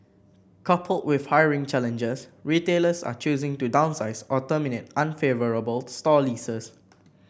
coupled with hiring challenges retailers are choosing to downsize or terminate unfavourable store leases